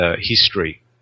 history